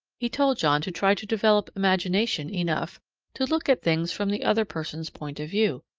he told john to try to develop imagination enough to look at things from the other person's point of view,